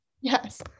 Yes